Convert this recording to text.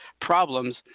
problems